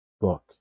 book